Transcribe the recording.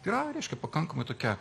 tai yra reiškia pakankamai tokia